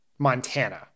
montana